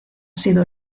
sido